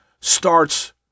starts